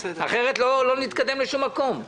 אחרת לא נתקדם לשום מקום.